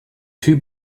two